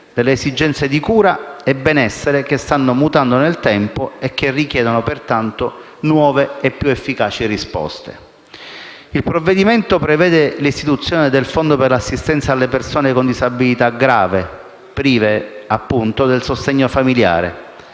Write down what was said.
alle esigenze di cura e benessere che stanno mutando nel tempo e che richiedono pertanto nuove e più efficaci risposte. Il provvedimento prevede l'istituzione del Fondo per l'assistenza alle persone con disabilità grave prive del sostegno familiare